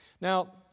Now